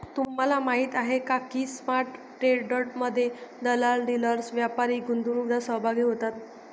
तुम्हाला माहीत आहे का की स्पॉट ट्रेडमध्ये दलाल, डीलर्स, व्यापारी, गुंतवणूकदार सहभागी होतात